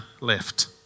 left